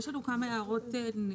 יש לנו כמה הערות ניסוחיות.